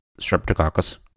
Streptococcus